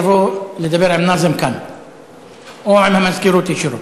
תבוא לדבר עם נאזם כאן או עם המזכירות ישירות.